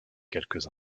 quelques